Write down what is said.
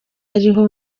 ariho